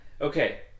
Okay